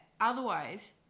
otherwise